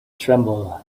tremble